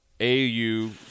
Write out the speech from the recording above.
AU